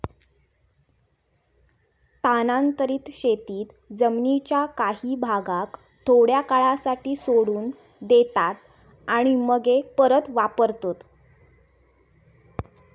स्थानांतरीत शेतीत जमीनीच्या काही भागाक थोड्या काळासाठी सोडून देतात आणि मगे परत वापरतत